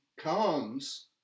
comes